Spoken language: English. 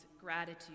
gratitude